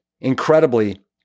Incredibly